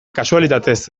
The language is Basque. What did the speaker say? kasualitatez